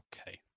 Okay